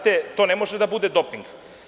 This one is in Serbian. To ne može da bude doping.